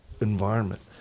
environment